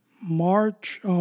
March